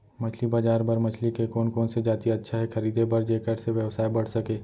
मछली बजार बर मछली के कोन कोन से जाति अच्छा हे खरीदे बर जेकर से व्यवसाय बढ़ सके?